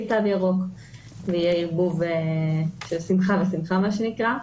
בלי תו ירוק ויהיה ערבוב של שמחה בשמחה מה שנקרא.